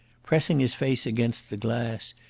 pressing his face against the glass,